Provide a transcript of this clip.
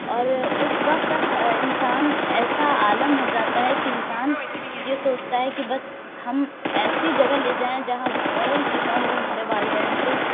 اور اس وقت انسان ایسا عالم ہو جاتا ہے کہ انسان یہ سوچتا ہے کہ بس ہم ایسی جگہ لے جائیں جہاں فوراً شفاء ہو ہمارے والدین کو